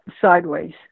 sideways